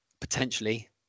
potentially